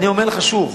אני אומר לך שוב,